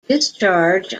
discharge